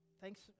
thanks